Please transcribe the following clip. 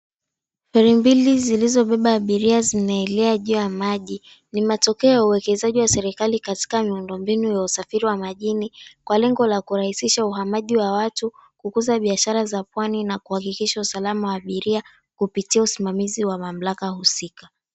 Gari mbili zilizobeba abiria zinaelea juu ya maji ni matokeo ya uwekezaji wa serikali katika miundombinu ya usafiri wa majini, kwa lengo la kurahisisha uhamaji wa watu, kukuza biashara za pwani, na kuhakikisha usalama wa abiria, kupitia usimamizi wa mamlaka husika.